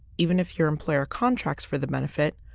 even if your employer contracts for the benefit,